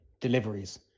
deliveries